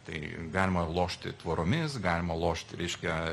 tai galima lošti tvoromis galima lošt reiškia